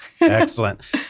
Excellent